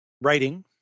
writing